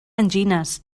angines